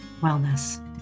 wellness